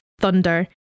thunder